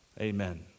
Amen